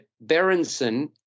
Berenson